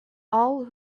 all